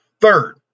Third